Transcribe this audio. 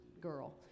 girl